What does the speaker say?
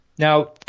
Now